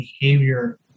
behavior